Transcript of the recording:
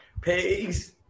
Peace